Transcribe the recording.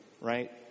right